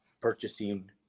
purchasing